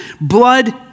blood